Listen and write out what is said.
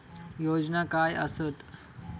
योजना काय आसत?